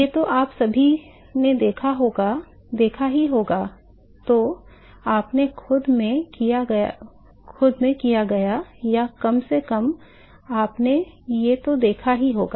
ये तो आप सभी ने देखा ही होगा या तो आपने खुद में किया होगा या कम से कम आपने ये तो देखा ही होगा